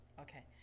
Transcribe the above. okay